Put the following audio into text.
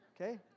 Okay